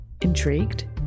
Intrigued